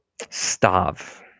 Stav